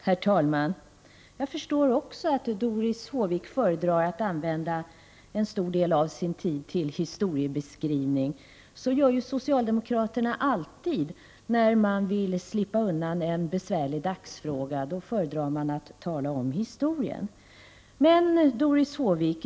Herr talman! Också jag förstår att Doris Håvik föredrar att använda en stor del av sin tid till historiebeskrivning. Så gör ju socialdemokraterna alltid när man vill slippa undan från en besvärlig dagsfråga. Då föredrar man att tala om historiska förhållanden. Doris Håvik!